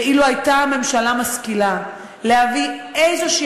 ואילו הייתה הממשלה משכילה להביא איזושהי